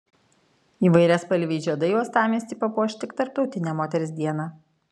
įvairiaspalviai žiedai uostamiestį papuoš tik tarptautinę moters dieną